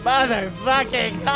Motherfucking